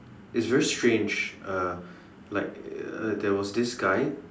it's very strange uh like uh there was this guy